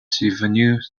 survenus